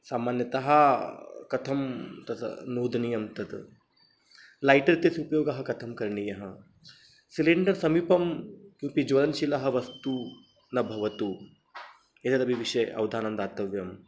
सामान्यतः कथं तत् नोदनीयं तत् लैटर् इत्यस्य उपयोगः कथं करणीयः सिलिण्डर् समीपं किमपि ज्वलनशीलः वस्तु न भवतु एतदपि विषये अधानं दातव्यं